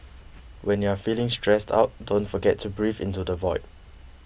when you are feeling stressed out don't forget to breathe into the void